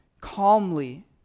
Calmly